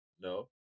No